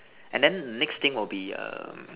and then next thing will be um